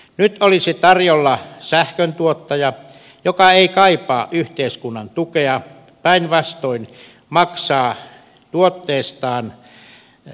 nyt olisi tarjolla sähköntuottaja joka ei kaipaa yhteiskunnan tukea päinvastoin maksaa tuotteestaan veroa